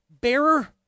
bearer